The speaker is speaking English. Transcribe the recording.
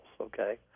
okay